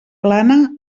plana